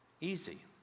easy